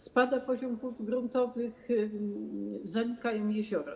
Spada poziom wód gruntowych, zanikają jeziora.